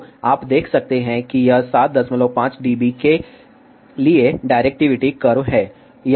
तो आप देख सकते हैं कि यह 75 डीबी के लिए डायरेक्टिविटी कर्व है